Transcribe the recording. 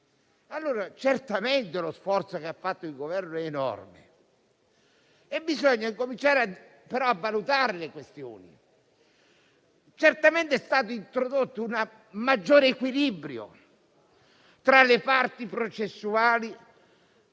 oggi. Certamente lo sforzo che ha fatto il Governo è enorme, ma bisogna cominciare a valutare le questioni. Certamente è stato introdotto un maggiore equilibrio tra le parti processuali,